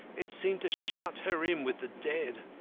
it seemed to shut her in with the dead.